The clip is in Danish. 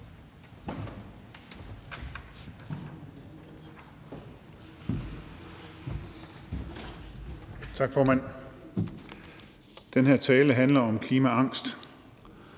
Gejl (ALT): Den her tale handler om klimaangst